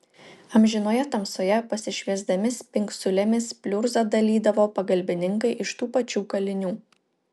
amžinoje tamsoje pasišviesdami spingsulėmis pliurzą dalydavo pagalbininkai iš tų pačių kalinių